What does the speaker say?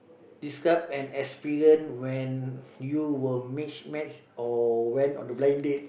describe an experience when you were mismatch or went on a blind date